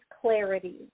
clarity